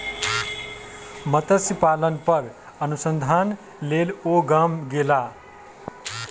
मत्स्य पालन पर अनुसंधान के लेल ओ गाम गेला